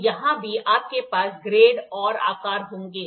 तो यहाँ भी आपके पास ग्रेड और आकार होंगे